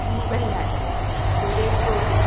Mohanlal Suresh Gopi